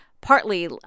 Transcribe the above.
partly